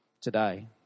Today